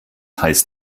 heißt